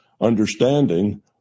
understanding